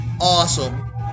awesome